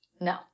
No